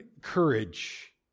Courage